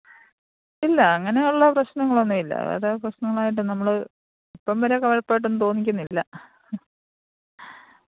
ഇല്ല അങ്ങനെയുള്ള പ്രെശ്നങ്ങളൊന്നുവില്ല അതാപ്രശ്നങ്ങളായിട്ട് നമ്മൾ ഇപ്പംവരെ കുഴപ്പമായിട്ടൊന്നും തോന്നിക്കുന്നില്ല